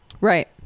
Right